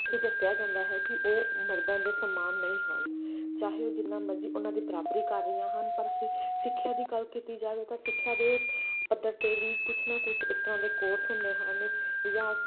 ਇਹ ਦੱਸਿਆ ਜਾਂਦਾ ਹੈ ਕਿ ਉਹ ਮਰਦਾਂ ਦੇ ਸਮਾਨ ਨਹੀਂ ਹਨ ਚਾਹੇ ਉਹ ਜਿੰਨਾ ਮਰਜ਼ੀ ਉਹਨਾਂ ਦੇ ਬਰਾਬਰੀ ਕਰ ਰਹੀਆਂ ਹਨ ਪਰ ਫਿਰ ਸਿੱਖਿਆ ਦੀ ਗੱਲ ਕੀਤੀ ਜਾਵੇ ਤਾਂ ਸਿੱਖਿਆ ਦੇ ਪੱਧਰ 'ਤੇ ਵੀ ਕੁਛ ਨਾ ਕੁਛ ਇਸ ਤਰ੍ਹਾਂ ਦੇ ਕੋਰਸ ਹੁੰਦੇ ਹਨ ਜਾਂ